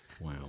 Wow